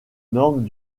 normes